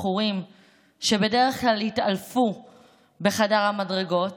מכורים שבדרך כלל התעלפו בחדר המדרגות